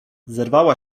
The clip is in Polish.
zerwała